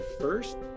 First